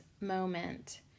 moment